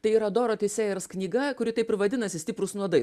tai yra doroti sejers knyga kuri taip ir vadinasi stiprūs nuodai